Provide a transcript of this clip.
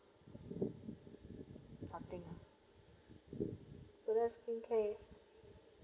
nothing ah so that's skincare